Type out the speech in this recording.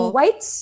White